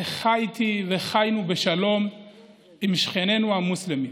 איך חייתי וחיינו בשלום עם שכנינו המוסלמים,